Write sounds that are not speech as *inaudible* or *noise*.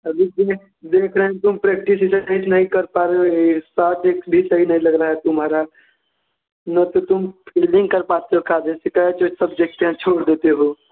अभी के लिए देख रहें तुम प्रेक्टिस सही से मैच नहीं कर पा रहे हो ये साफ़ दिखने से ही वो लग रहा है तुम्हारा ना तो तुम फिल्डिंग कर पाते हो *unintelligible* छोड़ देते हो